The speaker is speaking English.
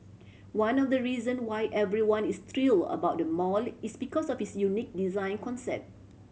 one of the reason why everyone is thrilled about the mall is because of its unique design concept